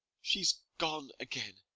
she s gone again!